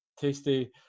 tasty